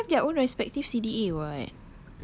ya they have their own respective C_D_A [what]